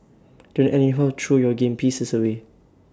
don't anyhow throw your game pieces away